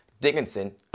Dickinson